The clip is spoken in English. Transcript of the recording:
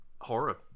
horror